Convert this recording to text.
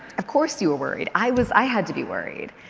of course, you were worried. i was, i had to be worried.